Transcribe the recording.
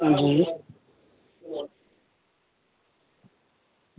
हां जी